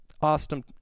Awesome